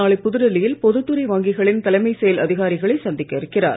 நாளை புதுடெல்லியில் பொதுத் வங்கிகளின் தலைமை செயல் துறை அதிகாரிகளை சந்திக்க இருக்கிறார்